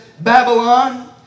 Babylon